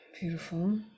Beautiful